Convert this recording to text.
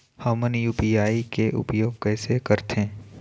हमन यू.पी.आई के उपयोग कैसे करथें?